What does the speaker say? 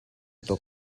tuk